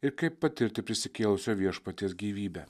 ir kaip patirti prisikėlusio viešpaties gyvybę